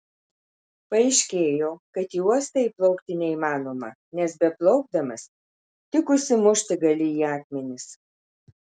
paaiškėjo kad į uostą įplaukti neįmanoma nes beplaukdamas tik užsimušti gali į akmenis